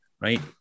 right